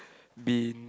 been